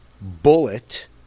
bullet